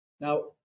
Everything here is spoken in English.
Now